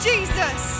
Jesus